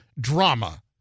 drama